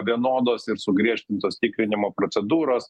vienodos ir sugriežtintos tikrinimo procedūros